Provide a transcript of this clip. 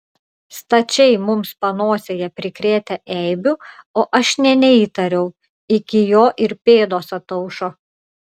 stačiai mums panosėje prikrėtę eibių o aš nė neįtariau iki jo ir pėdos ataušo